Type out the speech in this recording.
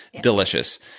Delicious